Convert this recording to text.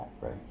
right